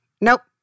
nope